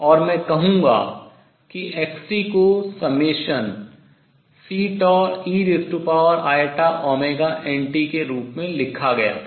और मैं कहूँगा कि x को ∑Ceiωnt के रूप में लिखा गया था